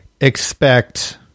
expect